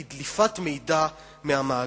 של דליפת מידע מהמאגר.